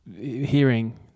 hearing